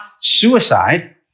suicide